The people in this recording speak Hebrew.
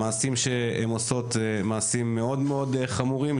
המעשים שהן עושות הן מעשים מאוד מאוד חמורים.